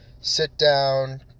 sit-down